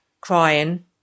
crying